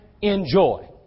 enjoy